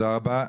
תודה רבה.